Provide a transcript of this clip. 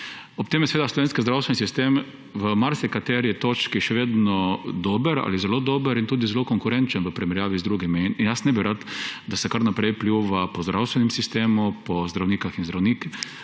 Ob tem je slovenski zdravstveni sistem na marsikateri točki še vedno dober ali zelo dober in tudi zelo konkurenčen v primerjavi z drugimi. In jaz ne bi rad, da se kar naprej pljuva po zdravstvenem sistemu, po zdravnicah in zdravnikih,